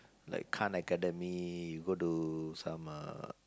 like Khan_Academy you go to some uh